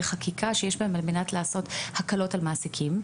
חקיקה שיש בהם על מנת לעשות הקלות על מעסיקים.